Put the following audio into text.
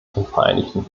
vereinigten